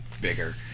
bigger